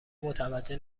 متوجه